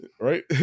Right